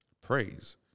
praise